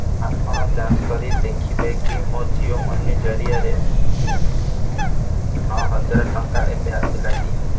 ଆପଣ ଯାଞ୍ଚ କରି ଦେଖିବେ କି ମୋ ଜିଓ ମନି ଜରିଆରେ ନଅହଜାର ଟଙ୍କା ଏବେ ଆସିଲାକି